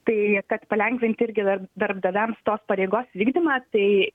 tai kad palengvinti irgi dar darbdaviams tos pareigos vykdymą tai